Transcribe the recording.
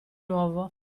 nuovo